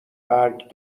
برگ